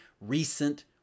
recent